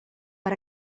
per